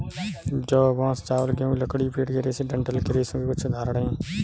जौ, बांस, चावल, गेहूं, लकड़ी, पेड़ के रेशे डंठल के रेशों के कुछ उदाहरण हैं